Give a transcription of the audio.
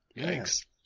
Thanks